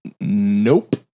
Nope